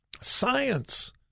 Science